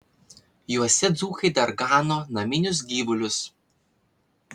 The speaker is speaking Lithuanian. juose dzūkai dar gano naminius gyvulius